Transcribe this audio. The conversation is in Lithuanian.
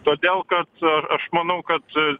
todėl kad aš manau kad